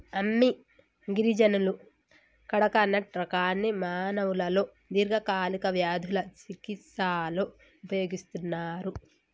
అమ్మి గిరిజనులు కడకనట్ రకాన్ని మానవులలో దీర్ఘకాలిక వ్యాధుల చికిస్తలో ఉపయోగిస్తన్నరు